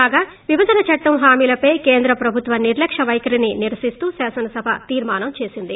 కాగా విభజన చట్టం హామీలపై కేంద్ర ప్రభుత్వ నిర్లక్క్ పైఖరిని నిరసిస్తూ శాసనసభ తీర్మానం చేసింది